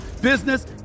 business